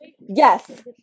Yes